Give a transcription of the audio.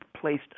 placed